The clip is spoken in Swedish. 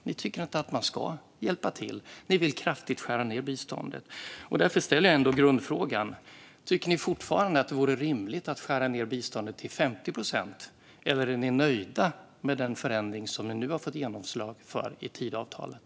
Ni tycker inte att man ska hjälpa till. Ni vill kraftigt skära ned biståndet. Därför ställer jag ändå grundfrågan: Tycker ni fortfarande att det vore rimligt att skära ned biståndet till 50 procent, eller är ni nöjda med den förändring som ni nu har fått genomslag för i Tidöavtalet?